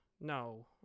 No